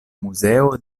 muzeo